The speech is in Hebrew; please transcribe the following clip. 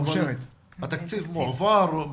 התקציב מועבר?